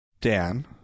Dan